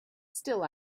still